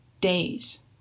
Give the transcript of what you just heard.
days